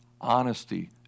honesty